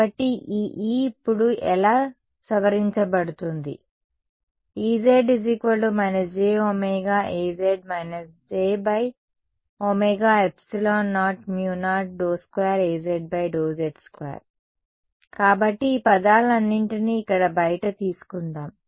కాబట్టి ఈ E ఇప్పుడు ఎలా సవరించబడుతుంది Ez jωAz j00∂2Az∂z2 కాబట్టి ఈ పదాలన్నింటినీ ఇక్కడ బయట తీసుకుందాం